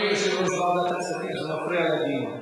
אדוני יושב-ראש ועדת הכספים, זה מפריע לדיון.